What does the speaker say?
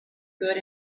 good